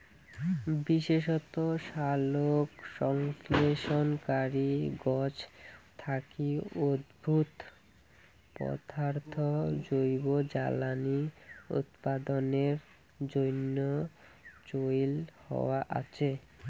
বিশেষত সালোকসংশ্লেষণকারী গছ থাকি উদ্ভুত পদার্থ জৈব জ্বালানী উৎপাদনের জইন্যে চইল হয়া আচে